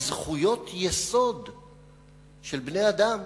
בזכויות יסוד של בני-אדם,